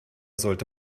sollte